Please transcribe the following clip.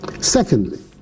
Secondly